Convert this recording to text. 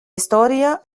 historia